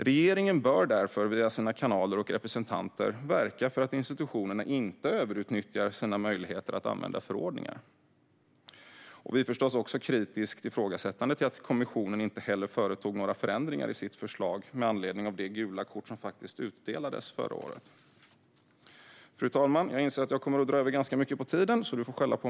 Regeringen bör därför, via sina kanaler och representanter, verka för att institutionerna inte överutnyttjar sin möjlighet att använda förordningar. Vi är förstås också kritiskt ifrågasättande till att kommissionen inte heller företog några förändringar i sitt förslag med anledning av det gula kort som faktiskt utdelades förra året.